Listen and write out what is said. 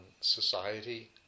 society